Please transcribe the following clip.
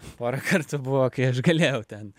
porą kartųbuvo kai aš galėjau ten